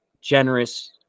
generous